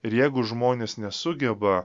ir jeigu žmonės nesugeba